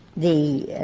the